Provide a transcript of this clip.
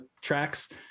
tracks